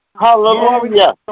Hallelujah